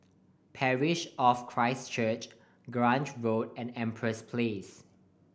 Parish of Christ Church Grange Road and Empress Place